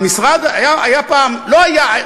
היה פעם, לא היה.